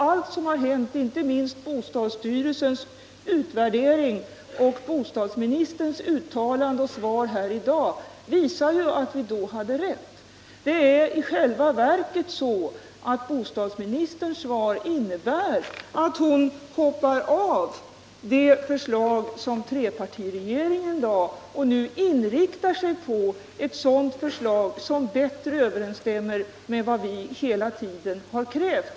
Allt vad som hänt, inte minst bostadsstyrelsens utvärdering och bostadsministerns uttalande i sitt svar här i dag, visar att vi då hade rätt. I själva verket innebär bostadsministerns svar att hon nu hoppar av det förslag som trepartiregeringen framlade och i stället inriktar sig på ett nytt förslag som bättre överensstämmer med vad vi hela tiden har krävt.